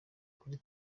kuri